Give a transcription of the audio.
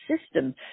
system